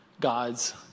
God's